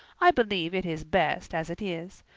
i believe it is best as it is.